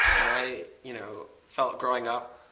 and i you know felt growing up,